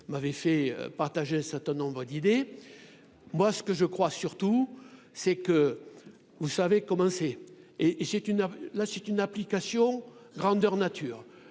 m'avait fait partager un certain nombre d'idées, moi ce que je crois surtout c'est que vous savez commencer et et c'est une, là c'est une application grandeur nature